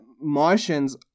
Martians